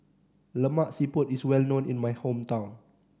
Lemak Siput is well known in my hometown